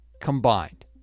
combined